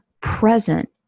present